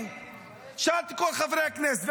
זה להגיד